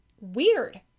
weird